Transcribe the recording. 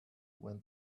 when